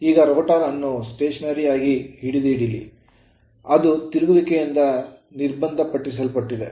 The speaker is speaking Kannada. ಈಗ rotor ರೋಟರ್ ಅನ್ನು ಸ್ಟೇಷನರಿಯಾಗಿ ಹಿಡಿದಿಡಲಿ ಅದು ತಿರುಗುವಿಕೆಯಿಂದ ನಿರ್ಬಂಧಿಸಲ್ಪಟ್ಟಿದೆ